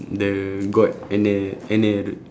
the god enel enel